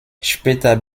später